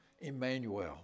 Emmanuel